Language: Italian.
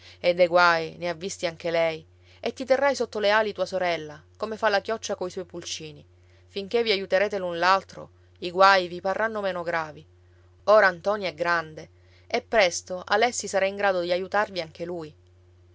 e dei guai ne ha visti anche lei e ti terrai sotto le ali tua sorella come fa la chioccia coi suoi pulcini finché vi aiuterete l'un l'altro i guai vi parranno meno gravi ora ntoni è grande e presto alessi sarà in grado di aiutarvi anche lui